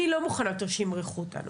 אני לא מוכנה יותר שימרחו אותנו.